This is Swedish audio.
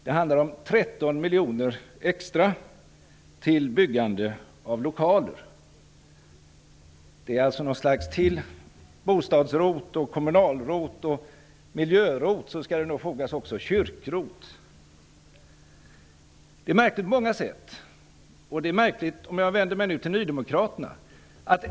Det handlar om 13 skall det också fogas kyrko-ROT. Det är märkligt på många sätt. Jag vänder mig nu till nydemokraterna.